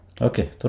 Okay